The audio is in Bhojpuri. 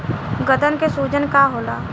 गदन के सूजन का होला?